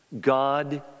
God